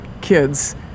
kids